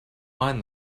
mind